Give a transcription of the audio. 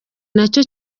nacyo